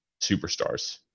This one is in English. superstars